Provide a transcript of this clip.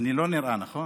אני לא נראה, נכון?